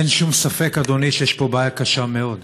אין שום ספק, אדוני, שיש פה בעיה קשה מאוד.